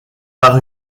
par